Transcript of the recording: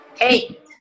Eight